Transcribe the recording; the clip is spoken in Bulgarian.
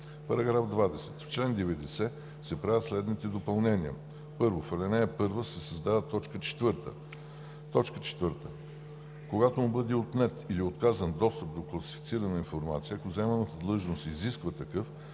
§ 20: „§ 20. В чл. 90 се правят следните допълнения: 1. В ал. 1 се създава т. 4: „4. когато му бъде отнет или отказан достъп до класифицирана информация, ако заеманата длъжност изисква такъв;